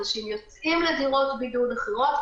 אנשים יוצאים לדירות בידוד אחרות,